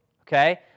Okay